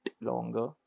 longer